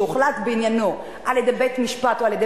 שהוחלט בעניינו על-ידי בית-משפט או על-ידי